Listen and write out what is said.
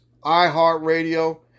iHeartRadio